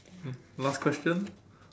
last question